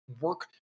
work